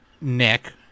Nick